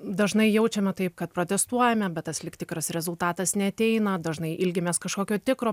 dažnai jaučiame taip kad protestuojame bet tas lyg tikras rezultatas neateina dažnai ilgimės kažkokio tikro